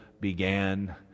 began